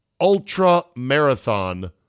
ultra-marathon